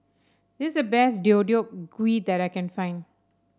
this is the best Deodeok Gui that I can find